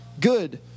good